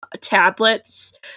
tablets